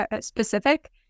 specific